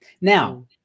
Now